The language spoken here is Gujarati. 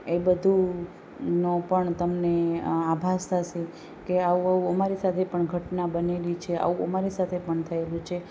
એ બધુંનું પણ તમને આભાસ થશે કે આવું આવું અમારી સાથે પણ ઘટના બનેલી છે આવું આવું અમારી સાથે પણ થયેલું છે